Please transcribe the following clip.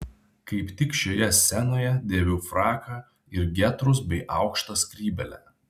kaip tik šioje scenoje dėviu fraką ir getrus bei aukštą skrybėlę